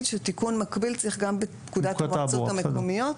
שתיקון מקביל צריך גם בפקודת המועצות המקומיות,